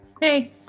Hey